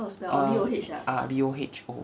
err ah B O H O